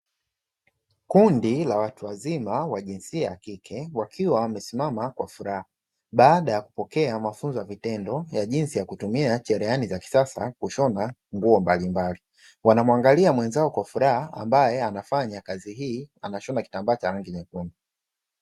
Kundi la watu wazima wa jinsia ya kike, wakiwa wamesimama kwa furaha baada ya kupokea mafunzo ya vitendo ya jinsi ya kutumia cherehani za kisasa kushona nguo mbalimbali. Wanamuangalia mwenzao kwa furaha; ambaye anafanya kazi hii, anashona kitambaa cha rangi nyekundu.